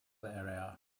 area